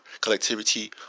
collectivity